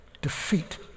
defeat